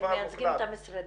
אתם מייצגים את המשרדים.